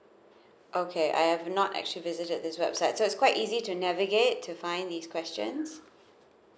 okay I have not actually visited this website so it's quite easy to navigate to find these questions